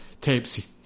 tapes